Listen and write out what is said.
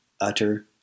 utter